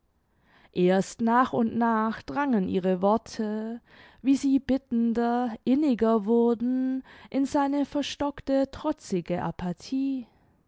erst nach und nach drangen ihre worte wie sie bittender inniger wurden in seine verstockte trotzige apathie